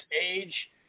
age